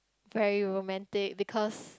but you will mandate because